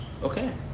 Okay